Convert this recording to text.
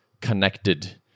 connected